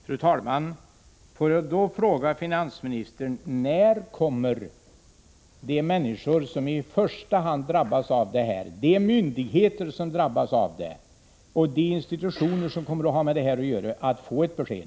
Fru talman! Får jag då fråga finansministern: När kommer de människor som i första hand drabbas och de myndigheter och institutioner som berörs att få besked?